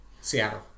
Seattle